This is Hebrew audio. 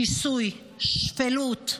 שיסוי, שפלות,